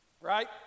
Right